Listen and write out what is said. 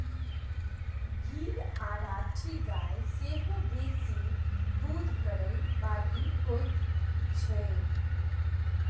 गीर आ राठी गाय सेहो बेसी दूध करय बाली होइत छै